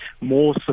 more